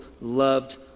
loved